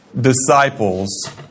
disciples